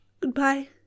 Goodbye